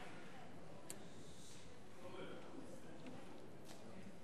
סעיף 1 נתקבל.